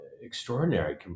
extraordinary